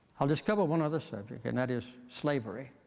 i'll just cover one other subject, and that is slavery.